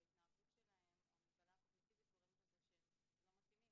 ההתנהגות שלהם או המגבלה הקוגניטיבית גורמת לכך שהם לא מתאימים,